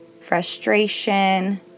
frustration